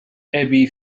أبي